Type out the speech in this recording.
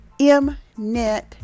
Mnet